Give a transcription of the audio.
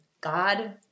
God